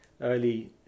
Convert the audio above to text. early